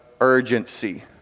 urgency